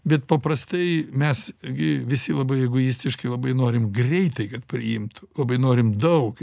bet paprastai mes gi visi labai egoistiškai labai norim greitai kad priimtų labai norim daug